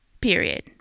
period